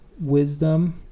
wisdom